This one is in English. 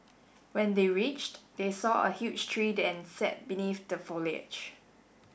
when they reached they saw a huge tree and sat beneath the foliage